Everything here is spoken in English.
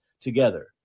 together